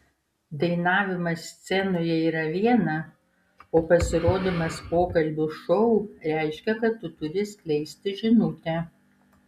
dainavimas scenoje yra viena o pasirodymas pokalbių šou reiškia kad tu turi skleisti žinutę